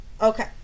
Okay